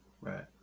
Right